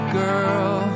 girl